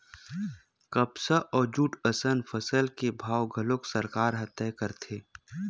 कपसा अउ जूट असन फसल के भाव घलोक सरकार ह तय करथे